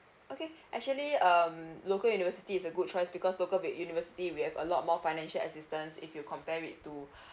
okay actually um local university is a good choice because local with university we have a lot more financial assistance if you compare it to